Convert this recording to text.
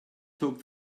took